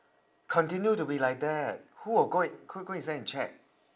continue to be like that who will go and who go inside and check